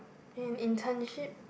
and internship